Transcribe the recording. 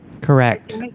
Correct